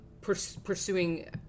pursuing